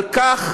על כך